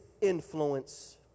influence